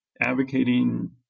advocating